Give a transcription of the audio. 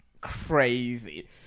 crazy